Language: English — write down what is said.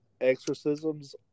exorcisms